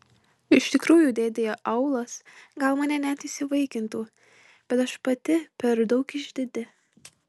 iš tikrųjų dėdė aulas gal mane net įsivaikintų bet aš pati per daug išdidi